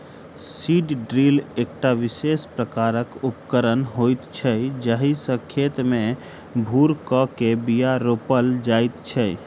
seed drill एकटा विशेष प्रकारक उपकरण होइत छै जाहि सॅ खेत मे भूर क के बीया रोपल जाइत छै